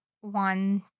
one